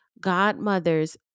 godmother's